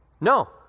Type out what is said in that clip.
No